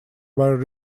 were